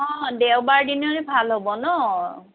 অঁ দেওবাৰৰ দিনাই ভাল হ'ব ন'